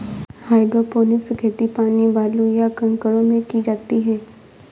hydroponics खेती पानी, बालू, या कंकड़ों में की जाती है